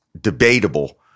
debatable